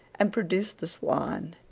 and produced the swan,